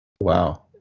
Wow